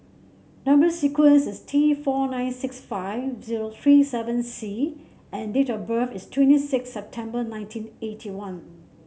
number sequence is T four nine six five zero three seven C and date of birth is twenty six September nineteen eighty one